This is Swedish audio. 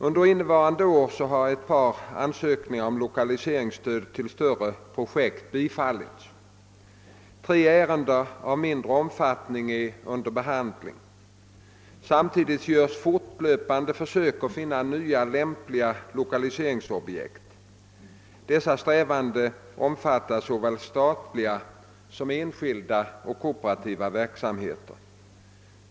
Under innevarande år har ett par ansökningar om lokaliseringsstöd till större projekt bifallits. Tre ärenden av mindre omfattning är under behandling. Samtidigt görs fortlöpande försök att finna nya lämpliga lokaliseringsobjekt. Dessa strävanden omfattar såväl statliga som enskilda och kooperativa verksamheter.